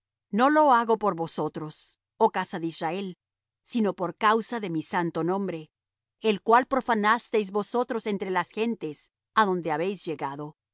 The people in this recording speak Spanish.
no lo hago por vosotros oh casa de israel sino por causa de mi santo nombre el cual profanasteis vosotros entre las gentes á donde habéis llegado